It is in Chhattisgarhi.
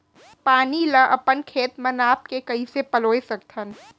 पानी ला अपन खेत म नाप के कइसे पलोय सकथन?